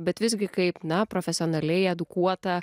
bet visgi kaip na profesionaliai edukuota